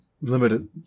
limited